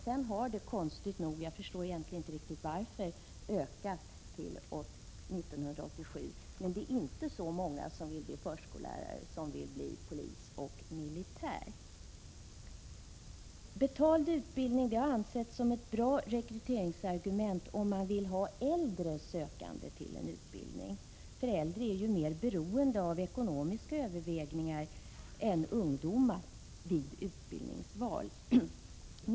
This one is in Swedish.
Sedan har konstigt nog — jag förstår inte riktigt varför — antalet sökande ökat till utbildningen 1987. Men de som vill bli förskollärare är inte så många som de som vill bli polis eller militär. Betald utbildning har ansetts som bra rekryteringsargument om man vill ha äldre sökande till en utbildning. För äldre är ekonomiska överväganden viktigare än för ungdomar vid utbildningsval.